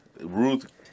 Ruth